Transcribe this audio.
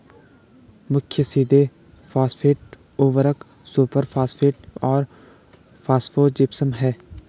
मुख्य सीधे फॉस्फेट उर्वरक सुपरफॉस्फेट और फॉस्फोजिप्सम हैं